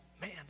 Man